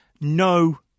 no